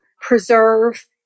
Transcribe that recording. preserve